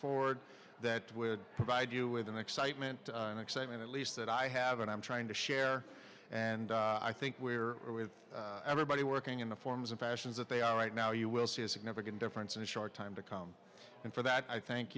forward that will provide you with an excitement and excitement at least that i have and i'm trying to share and i think we are with everybody working in the forms of fashions that they are right now you will see a significant difference in a short time to come and for that i thank